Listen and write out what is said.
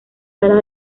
salas